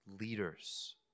leaders